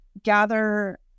gather